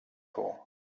for